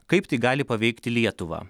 kaip tai gali paveikti lietuvą